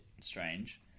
strange